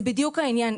זה בדיוק העניין.